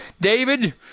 David